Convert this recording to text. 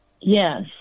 Yes